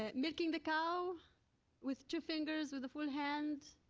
ah milking the cow with two fingers, with a full hand.